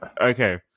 okay